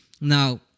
Now